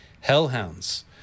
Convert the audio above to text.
hellhounds